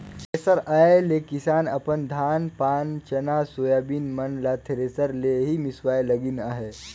thresher आए ले किसान अपन धान पान चना, सोयाबीन मन ल थरेसर ले ही मिसवाए लगिन अहे